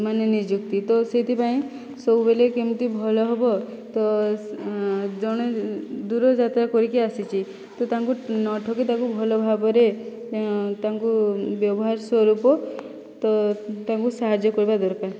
ମାନେ ନିଯୁକ୍ତି ତ ସେଥିପାଇଁ ସବୁବେଳେ କେମିତି ଭଲ ହେବ ତ ଜଣେ ଦୂର ଯାତ୍ରା କରିକି ଆସିଛି ତ ତାଙ୍କୁ ନ ଠକି ତାଙ୍କୁ ଭଲ ଭାବରେ ତାଙ୍କୁ ବ୍ୟବହାର ସ୍ଵରୂପ ତ ତାଙ୍କୁ ସାହାଯ୍ୟ କରିବା ଦରକାର